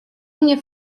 mnie